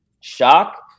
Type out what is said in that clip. shock